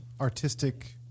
artistic